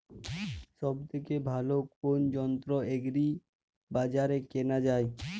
সব থেকে ভালো কোনো যন্ত্র এগ্রি বাজারে কেনা যায়?